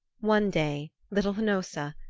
one day little hnossa,